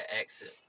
accent